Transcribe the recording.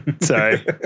Sorry